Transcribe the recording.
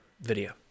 video